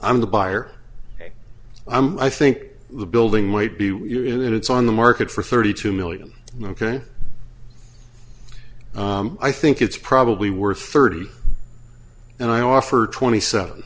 i'm the buyer i'm i think the building might be your it it's on the market for thirty two million in ok i think it's probably worth thirty and i offer twenty seven